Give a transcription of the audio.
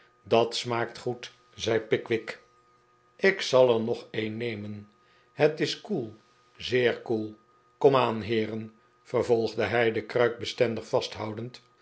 dat smaakt goed zei pickwick ik zal er nog een nemen het is koel zeer koel komaan heeren vervolgde hij de kruik bestendig vasthoudend